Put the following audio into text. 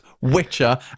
witcher